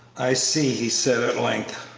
i see, he said at length,